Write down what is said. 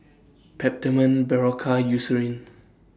Peptamen Berocca Eucerin